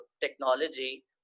technology